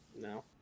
No